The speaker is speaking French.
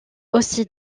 aussi